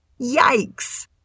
Yikes